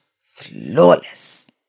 flawless